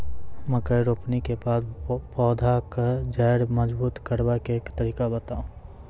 मकय रोपनी के बाद पौधाक जैर मजबूत करबा के तरीका बताऊ?